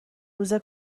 روز